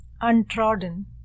untrodden